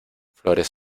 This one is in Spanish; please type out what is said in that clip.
flores